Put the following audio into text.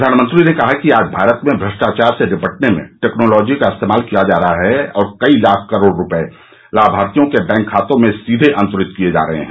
प्रधानमंत्री ने कहा कि आज भारत में भ्रष्टाचार से निपटने में टेक्नोलॉजी का इस्तेमाल किया जा रहा है और कई लाख करोड रुपये लाभार्थियों के बैंक खातों में सीधे अंतरित किए जा रहे हैं